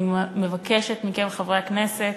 אני מבקשת מכם, חברי הכנסת,